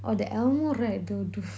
or the Elmo right too !oof!